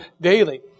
daily